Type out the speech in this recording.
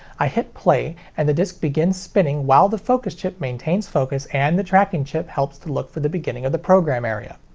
i hit play, and the disc begins spinning while the focus chip maintains focus and the tracking chip helps to look for the beginning of the program area.